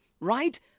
right